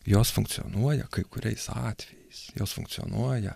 jos funkcionuoja kai kuriais atvejais jos funkcionuoja